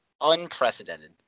unprecedented